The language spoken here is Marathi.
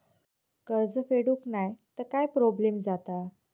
कर्ज फेडूक नाय तर काय प्रोब्लेम जाता?